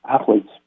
athletes